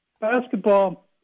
Basketball